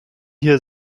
hier